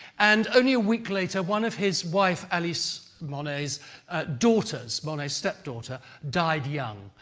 and only a week later, one of his wife, alice monet's daughters monet's step-daughter died young.